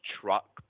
truck